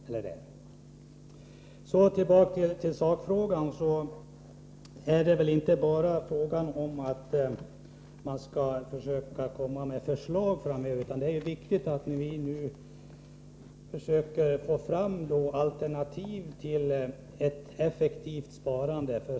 För att återgå till sakfrågan skall man väl inte bara försöka komma med förslag framöver, utan vad som är viktigt är att vi nu försöker få fram alternativ som ger ett effektivt sparande.